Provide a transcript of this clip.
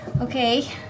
Okay